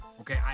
Okay